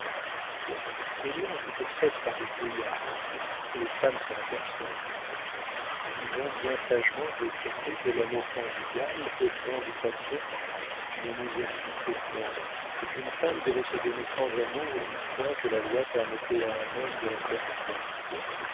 les lois ont été faites par des vieillards les femmes s'en aperçoivent ils ont bien sagement décrété que l'amour conjugal exempt de passion ne nous avilissait point et qu'une femme devait se donner sans amour une fois que la loi permettait à un homme de la faire sienne